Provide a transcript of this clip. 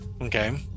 Okay